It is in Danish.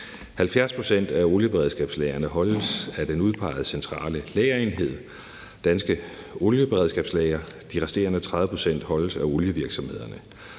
pct. af olieberedskabslagrene holdes af den udpegede centrale lagerenhed, Danske Olieberedskabslagre. De resterende 30 pct. holdes af olievirksomhederne.